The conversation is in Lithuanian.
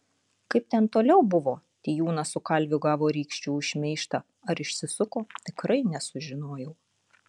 kaip ten toliau buvo tijūnas su kalviu gavo rykščių už šmeižtą ar išsisuko tikrai nesužinojau